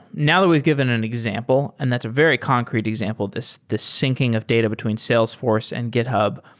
now that we've given an example, and that's a very concrete example, this this syncing of data between salesforce and github.